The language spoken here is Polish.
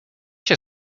cię